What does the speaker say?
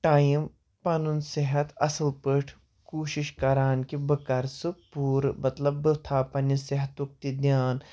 time پَنُن صحت اَصٕل پٲٹھۍ کوٗشِش کَران کہِ بہٕ کَرٕ سُہ پوٗرٕ مَطلَب بہٕ تھاو پنٕنِہِ صحتُک تہِ دیان